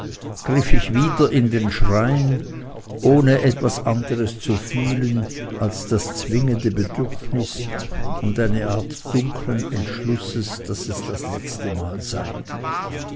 griff ich wieder in den schrein ohne etwas anderes zu fühlen als das zwingende bedürfnis und eine art dunklen entschlusses daß es das letzte mal sei